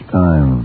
time